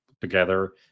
together